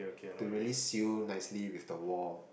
to really seal nicely with the wall